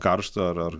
karštą ar ar